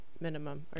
minimum